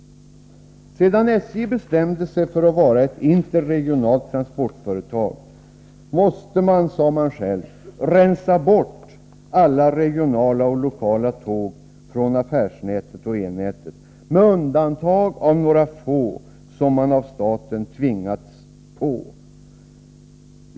Sedan SJ bestämde sig för att vara ett interregionalt transportföretag måste man, sade man sig, rensa bort alla regionala och lokala tåg från affärsnätet och elnätet med undantag för några få som man påtvingats av staten.